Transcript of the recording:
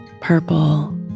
purple